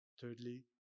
thirdly